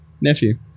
nephew